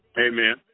Amen